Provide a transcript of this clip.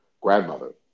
grandmother